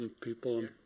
people